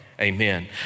amen